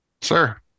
Sir